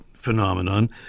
Phenomenon